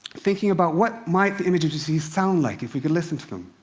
thinking about what might the images you see sound like if we could listen to them.